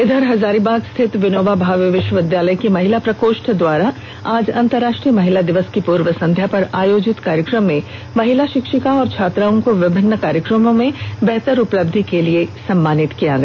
इधर हजारीबाग स्थित विनोबा भावे विश्वविद्यालय की महिला प्रकोष्ठ द्वारा आज अंतर्राष्ट्रीय महिला दिवस की पूर्व संध्या पर आयोजित कार्यक्रम में महिला शिक्षिका एवं छात्राओं को विभिन्न कार्यक्रमों में बेहतर उपलब्धि के लिए सम्मानित किया गया